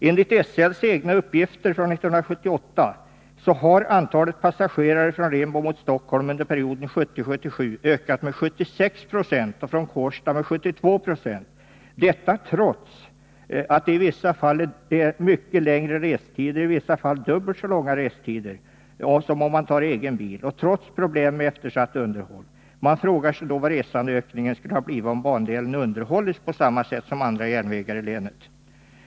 Enligt SL:s egna uppgifter från 1978 har antalet passagerare från Rimbo mot Stockholm under perioden 1970-1977 ökat med 76 90 och antalet passagerare från Kårsta har under samma tid ökat med 72 96, detta trots att det ibland är mycket längre restider — i vissa fall är restiderna dubbelt så långa med tåget som med egen bil — och trots problem på grund av eftersatt underhåll. Man frågar sig hur stor resandeökningen skulle ha blivit om bandelen hade underhållits på samma sätt som andra järnvägar i länet.